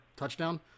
touchdown